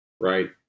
right